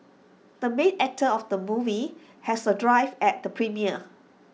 the main actor of the movie has A drive at the premiere